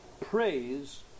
Praise